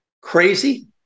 crazy